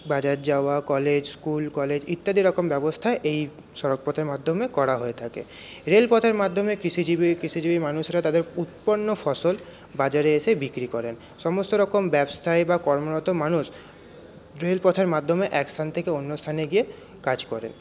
বাজার যাওয়া college school college ইত্যাদি রকম ব্যবস্থা এই সড়ক পথের মাধ্যমে করা হয়ে থাকে রেল পথের মাধ্যমে কৃষিজীবী কৃষিজীবী মানুষরা তাদের উৎপন্ন ফসল বাজারে এসে বিক্রি করেন সমস্ত রকম ব্যবসায়ী বা কর্মরত মানুষ রেল পথের মাধ্যমে এক স্থান থেকে অন্য স্থানে গিয়ে কাজ করে